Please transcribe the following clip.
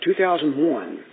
2001